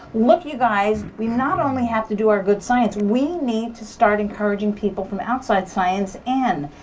look, you guys. we not only have to do our good science. we need to start encouraging people from outside science in.